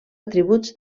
atributs